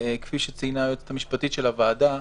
שציינה היועצת המשפטית של הוועדה,